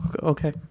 okay